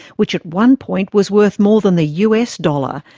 which at one point was worth more than the us dollar,